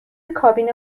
کابین